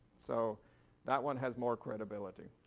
so that one has more credibility.